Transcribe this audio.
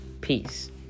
Peace